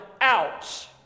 out